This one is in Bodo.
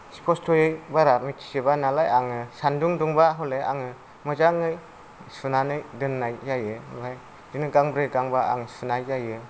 स्पस्त'यै बारा मिन्थिजोबा नालाय आङो सान्दुं दुंबा हले आङो मोजाङै सुनानै दोन्नाय जायो ओमफाय बिदिनो गांब्रै गांबा आं सुनाय जायो